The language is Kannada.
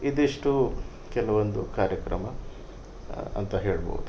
ಇದಿಷ್ಟು ಕೆಲವೊಂದು ಕಾರ್ಯಕ್ರಮ ಅಂತ ಹೇಳ್ಬೋದು